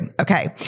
Okay